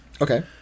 okay